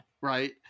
right